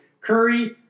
Curry